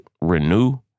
renew